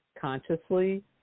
consciously